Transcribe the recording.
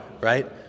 right